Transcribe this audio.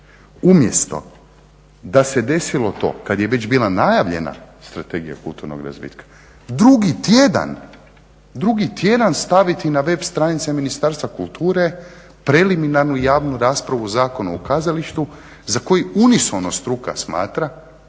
Umjesto da se desilo to, kad je već bila najavljena Strategija kulturnog razvitka, drugi tjedan staviti na web stranice Ministarstva kulture preliminarnu javnu raspravu o Zakonu o kazalištu za koji unisono struka smatra